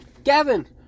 Gavin